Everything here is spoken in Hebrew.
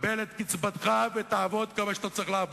עושים את היארצייט הזה.